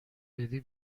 بدی